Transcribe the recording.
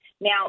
Now